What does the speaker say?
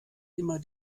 immer